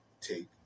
take